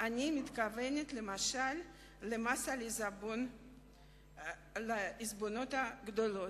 אני מתכוונת למשל למס העיזבונות הגדולים.